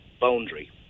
boundary